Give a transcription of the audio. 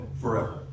forever